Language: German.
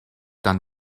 dann